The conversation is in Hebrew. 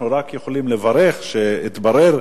אנחנו רק יכולים לברך על כך שהתברר,